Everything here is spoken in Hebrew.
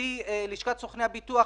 נשיא לשכת סוכני הביטוח,